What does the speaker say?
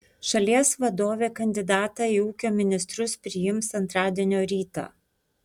šalies vadovė kandidatą į ūkio ministrus priims antradienio rytą